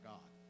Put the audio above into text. God